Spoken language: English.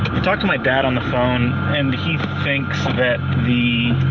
i talked to my dad on the phone and he thinks that the.